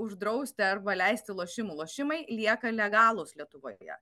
uždrausti arba leisti lošimų lošimai lieka legalūs lietuvoje